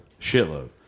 Shitload